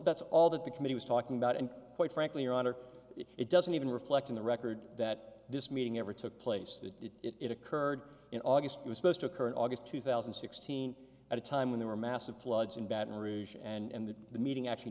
that's all that the committee was talking about and quite frankly your honor it doesn't even reflect in the record that this meeting ever took place that it occurred in august was supposed to occur in august two thousand and sixteen at a time when there were massive floods in baton rouge and that the meeting actually